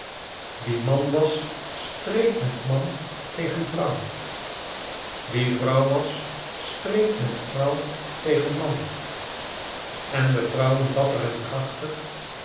wie man was streed met man tegen vrouw wie vrouw was streed met vrouw tegen man en de vrouwen dapper en krachtig